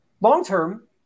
long-term